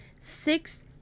six